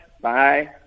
Bye